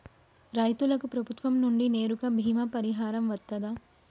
రైతులకు ప్రభుత్వం నుండి నేరుగా బీమా పరిహారం వత్తదా?